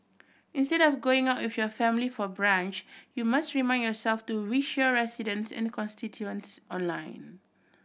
instead of going out with your family for brunch you must remind yourself to wish your residents and constituents online